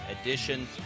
edition